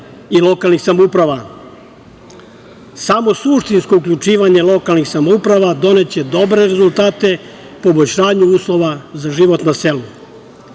i lokalnih samouprava? Samo suštinsko uključivanje lokalnih samouprava doneće dobre rezultate, poboljšanju uslova za život na selu.